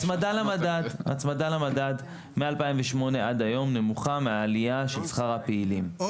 הצמדה למדד משנת 2008 ועד היום נמוכה מעלייה של שכר הפעילים,